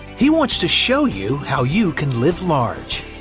he wants to show you how you can live large.